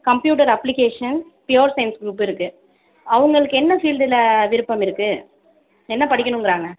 computer application pure science group இருக்குது அவங்களுக்கு என்ன ஃபீல்டில் விருப்பம் இருக்குது என்ன படிக்கின்னுங்கிறாங்க